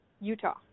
Utah